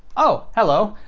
oh, hello,